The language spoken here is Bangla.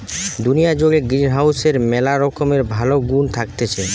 দুনিয়া জুড়ে গ্রিনহাউসের ম্যালা রকমের ভালো গুন্ থাকতিছে